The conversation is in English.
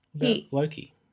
Loki